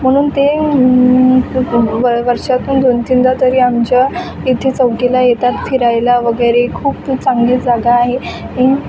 म्हणून ते वर् वर्षातून दोन तीनदा तरी आमच्या इथे चौकीला येतात फिरायला वगैरे खूप चांगली जागा आहे